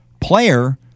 player